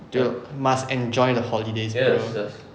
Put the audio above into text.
you must enjoy the holiday bruh